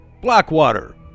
Blackwater